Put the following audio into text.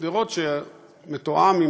בתיאום עם